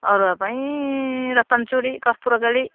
ଅରୁଆ ପାଇଁ ରତନଚୁରି କର୍ପୁରକେଳି